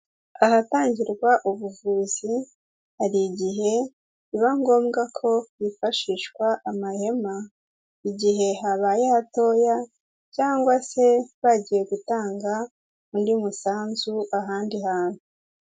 Ahatangirwa ubuvuzi, hari igihe biba ngombwa ko hifashishwa amahema igihe habaye hatoya cyangwa se bagiye gutanga undi musanzu ahandi hantu.